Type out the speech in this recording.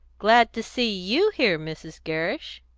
glad to see you here, mrs. gerrish.